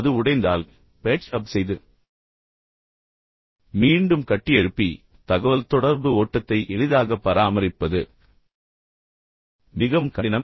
அது உடைந்தால் patch up செய்து பின்னர் மீண்டும் கட்டியெழுப்பி பின்னர் தகவல்தொடர்பு ஓட்டத்தை எளிதாக பராமரிப்பது மிகவும் கடினம்